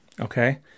Okay